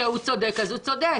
כשהוא צודק אז הוא צודק.